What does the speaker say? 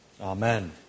Amen